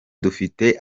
dufite